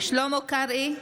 שלמה קרעי,